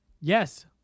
Yes